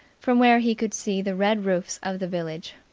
from where he could see the red roofs of the village,